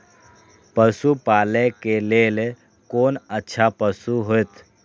पशु पालै के लेल कोन अच्छा पशु होयत?